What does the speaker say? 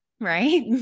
Right